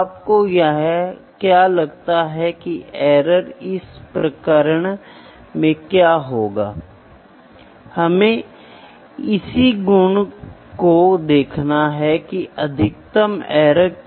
लेकिन यहाँ हम क्या करते हैं हम शारीरिक रूप से मापते हैं हम सभी मात्राओं को मापते हैं और हम सभी मात्राओं को मापते हैं और फिर हम सभी के साथ माप के संबंध में बात करने की कोशिश करते हैं